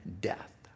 death